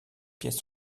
pièces